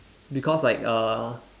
because like uh